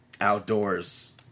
outdoors